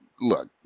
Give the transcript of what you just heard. look